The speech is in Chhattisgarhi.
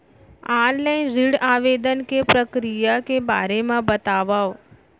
ऑनलाइन ऋण आवेदन के प्रक्रिया के बारे म बतावव?